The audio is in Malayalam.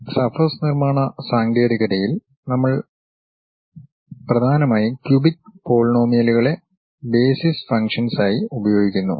ഈ സർഫസ് നിർമ്മാണ സാങ്കേതികതകളിൽ എല്ലാം നമ്മൾ പ്രധാനമായും ക്യൂബിക് പോളിനോമിയലുകളെ ബേസിസ് ഫംഗ്ഷൻസ് ആയി ഉപയോഗിക്കുന്നു